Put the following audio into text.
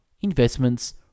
investments